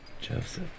Joseph